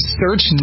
search